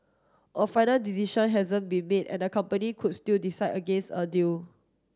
a final decision hasn't been made and the company could still decide against a deal